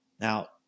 Now